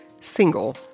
single